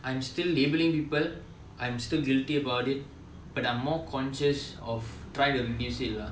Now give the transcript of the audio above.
I am still labeling people I'm still guilty about it but I'm more conscious of trying to reduce it lah